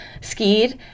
skied